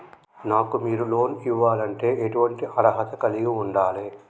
నాకు మీరు లోన్ ఇవ్వాలంటే ఎటువంటి అర్హత కలిగి వుండాలే?